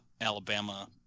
Alabama